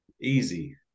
easy